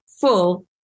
full